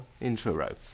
Intro